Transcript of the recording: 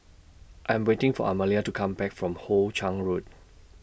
I Am waiting For Amalie to Come Back from Hoe Chiang Road